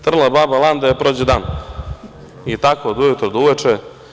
Trla baba lan da joj prođe dan i tako od ujutru do uveče.